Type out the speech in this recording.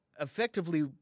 effectively